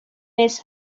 miss